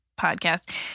podcast